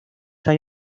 hay